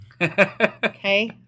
Okay